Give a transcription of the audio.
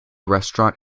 restaurant